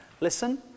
Listen